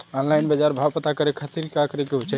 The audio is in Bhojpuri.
ऑनलाइन बाजार भाव पता करे के खाती का करे के चाही?